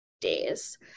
days